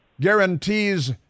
guarantees